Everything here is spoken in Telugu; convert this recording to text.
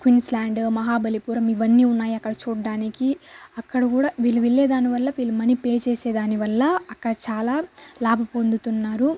క్వీన్స్ ల్యాండ్ మహాబలిపురం ఇవన్నీ ఉన్నాయి అక్కడ చూడ్డానికి అక్కడ కూడా వీళ్ళు వెళ్లేదానివల్ల వీళ్ళు మనీ పే చేసేదానివల్ల అక్కడ చాలా లాభ పొందుతున్నారు